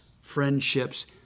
friendships